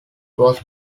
was